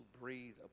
breathe